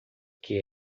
que